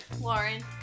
Lauren